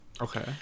Okay